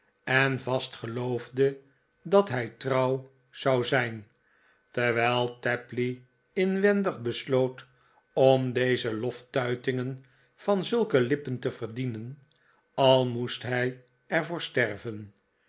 en vast geloofde dat hij trouw zou zijn terwijl tapley inwendig besloot om deze loftuitingen van zulke lippen te verdienen al mo est hij er voor sterven